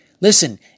Listen